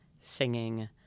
singing